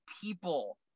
people